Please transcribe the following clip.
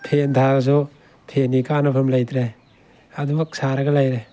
ꯐꯦꯟ ꯊꯥꯔꯁꯨ ꯐꯦꯟꯒꯤ ꯀꯥꯟꯅꯐꯝ ꯂꯩꯇ꯭ꯔꯦ ꯑꯗꯨꯃꯛ ꯁꯥꯔꯒ ꯂꯩꯔꯦ